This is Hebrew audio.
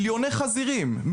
מיליוני חזירים,